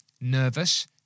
nervous